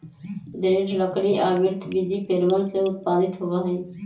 दृढ़ लकड़ी आवृतबीजी पेड़वन से उत्पादित होबा हई